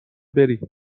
بری